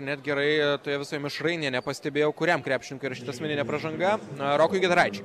net gerai toje visoj mišrainėj nepastebėjau kuriam krepšininkui įrašyta asmeninė pražanga rokui giedraičiui